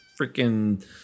freaking